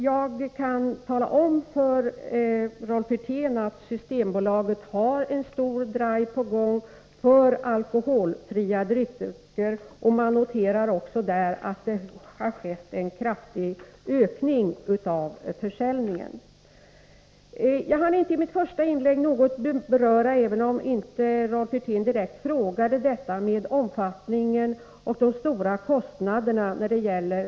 Jag kan tala om för Rolf Wirtén att Systembolaget har en stor drive på gång för alkoholfria drycker, och man noterar att det har skett en kraftig ökning av försäljningen. Jag hann inte i mitt första inlägg beröra omfattningen av och de stora kostnader som är förknippade med alkoholskadorna, även om Rolf Wirtén inte direkt frågade mig om detta.